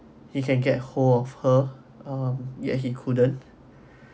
he can get hold of her um yet he couldn't